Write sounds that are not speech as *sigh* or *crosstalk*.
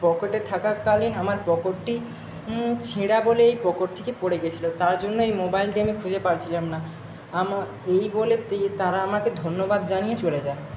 পকেটে থাকাকালীন আমার পকেটটি ছেঁড়া বলেই পকেট থেকে পড়ে গেছিলো তার জন্য এই মোবাইলটি আমি খুঁজে পাচ্ছিলাম না *unintelligible* এই বলে *unintelligible* তারা আমাকে ধন্যবাদ জানিয়ে চলে যায়